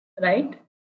Right